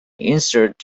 inserts